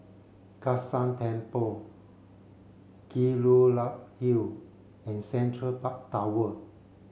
Kai San Temple Kelulut Hill and Central Park Tower